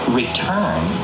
return